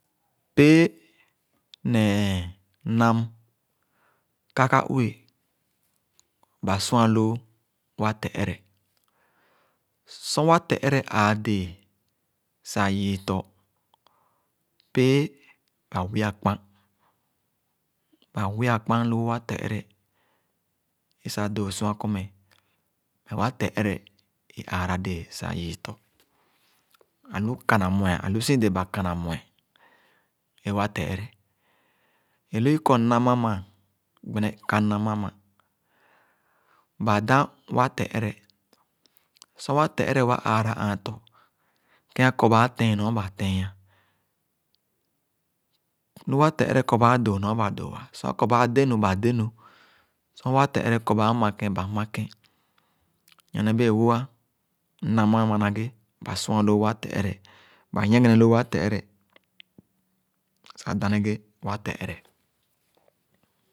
Pẽẽ nẽ nam, kaka-ue, sua loo wa tere. Sor wa tere ãã dẽẽ sa yii tɔ, pẽẽ ba wya kpãn, ba wya kpãn lõõ wa tere sa dõõ suakɔ né wa tere è ãə̃ra dẽẽ ba kànamuè é wa tere. Èlóó iko nam amà, gbeneka nam amà, ba dãn ẽ wa tere. Sor wa tere wa ããra ãã tɔ, kẽn akɔ bãã tẽẽn nɔ ba tẽẽn. Nu wa tere kɔ̃ bãã dõõ nɔ̃ ba dòò. Lo akɔ bãã denu, ba denu, sor wa tere kɔ bãã ma kẽn, ba ma kẽn. Nyonè bẽẽ wõ-á, nam amã na ghe ba sua lõõ wa tere, ba nyieghene lõõ wa tere sa dana-ghé wa tere.